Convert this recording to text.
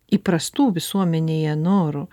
įprastų visuomenėje norų